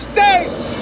States